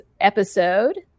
episode